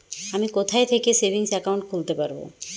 আমি কোথায় থেকে সেভিংস একাউন্ট খুলতে পারবো?